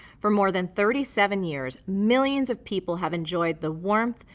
for more than thirty seven years, millions of people have enjoyed the warmth,